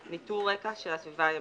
(5)ניטור רקע של הסביבה הימית,